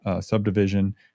subdivision